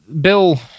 Bill